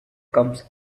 comes